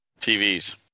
TVs